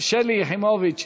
שלי יחימוביץ,